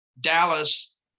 Dallas